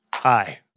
Hi